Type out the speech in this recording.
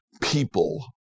people